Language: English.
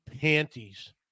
panties